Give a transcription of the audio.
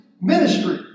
ministry